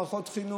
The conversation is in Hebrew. מערכות חינוך,